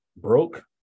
broke